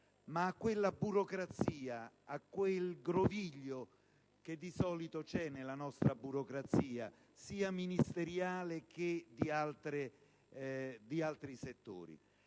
ma a quella burocrazia, a quel groviglio che di solito c'è nella nostra burocrazia, sia ministeriale che di altri settori.